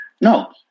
No